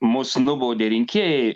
mus nubaudė rinkėjai